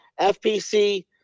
FPC